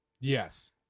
yes